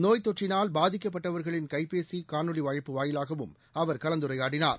நோய் தொற்றினால் பாதிக்கப்பட்டவர்களின் கைபேசி காணொலி அழைப்பு வாயிலாகவும் அவர் கலந்துரையாடினார்